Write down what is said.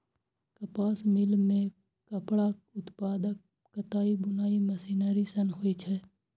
कपास मिल मे कपड़ाक उत्पादन कताइ बुनाइ मशीनरी सं होइ छै